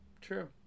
True